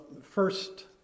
first